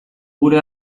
gure